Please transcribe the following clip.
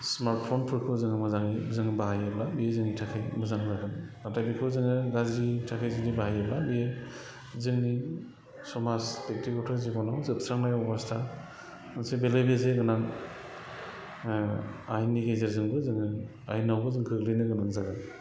स्मार्टफनफोरखौ जोङो मोजाङै जोङो बाहायोब्ला बि जोंनि थाखाय मोजां जागोन नाथाय बेखौ जोङो गाज्रिनि थाखाय जुदि बाहायोब्ला बियो जोंनि समाज बेखथिगथ' जिबनाव जोबस्रांनाय अबस्था मोनसे बेलेबेजे गोनां आयेननि गेजेरजोंबो जोङो आइनावबो जोङो गोग्लैनो गोनां जागोन